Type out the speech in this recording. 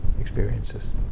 experiences